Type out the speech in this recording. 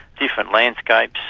different landscapes,